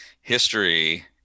history